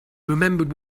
remembered